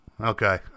Okay